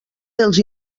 dels